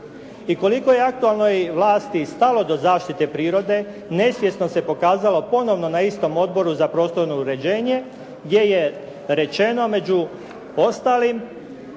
I koliko je aktualnoj vlasti stalo do zaštite prirode, nesvjesno se pokazalo ponovno na istom Odboru za prostorno uređenje gdje je rečeno među ostalim